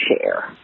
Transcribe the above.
share